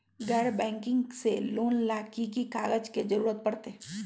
गैर बैंकिंग से लोन ला की की कागज के जरूरत पड़तै?